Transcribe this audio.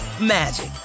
magic